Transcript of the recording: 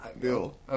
Bill